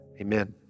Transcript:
amen